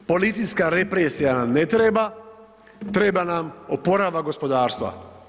Policijska represija nam ne treba, treba nam oporavak gospodarstva.